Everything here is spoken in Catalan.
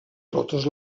totes